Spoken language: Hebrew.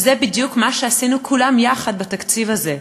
וזה בדיוק מה שעשינו כולם יחד בתקציב הזה,